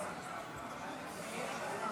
הוצמדה לכך הצעת חוק של חברת הכנסת מירב כהן.